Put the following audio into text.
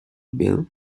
bill